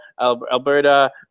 Alberta